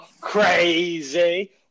crazy